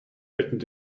waiting